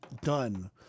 done